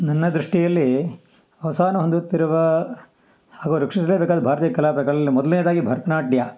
ನನ್ನ ದೃಷ್ಟಿಯಲ್ಲೀ ಅವಸಾನ ಹೊಂದುತ್ತಿರುವ ಹಾಗು ರಕ್ಷಿಸಲೇಬೇಕಾದ ಭಾರತೀಯ ಕಲಾ ಪ್ರಕಾರದಲ್ಲಿ ಮೊದಲ್ನೇದಾಗಿ ಭರತನಾಟ್ಯ